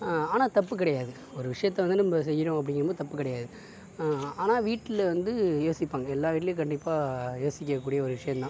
ஆனால் தப்பு கிடையாது ஒரு விஷயத்தை வந்து நம்ப செய்கிறோம் அப்படிங்கும்போது தப்பு கிடையாது ஆனால் வீட்டில் வந்து யோசிப்பாங்க எல்லார் வீட்டிலயும் கண்டிப்பாக யோசிக்க கூடிய ஒரு விஷயம்தான்